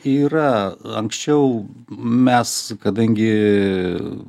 yra anksčiau mes kadangi